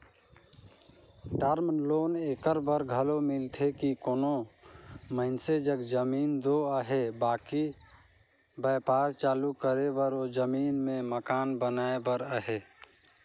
term loan एकर बर घलो मिलथे कि कोनो मइनसे जग जमीन दो अहे बकि बयपार चालू करे बर ओ जमीन में मकान बनाए बर अहे